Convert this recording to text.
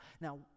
now